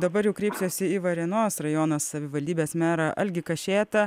dabar jau kreiptasi į varėnos rajono savivaldybės merą algį kašėtą